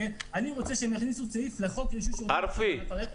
אני רוצה שהם יכניסו סעיף לחוק רישוי שירותים ומקצועות בענף הרכב.